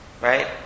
Right